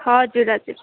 हजुर हजुर